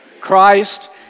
Christ